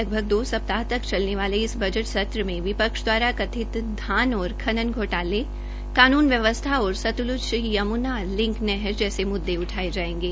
लगभग दो सप्ताह तक चलने वाले इस बजट संत्र में विपक्ष द्वारा कथित धान और खनन घोटाले कानून व्यवस्था और सतलुज यमुना लिंक नहर जैसे मुद्दे उठाये जायेंगे